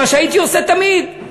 מה שהייתי עושה תמיד,